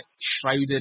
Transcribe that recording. shrouded